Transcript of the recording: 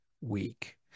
week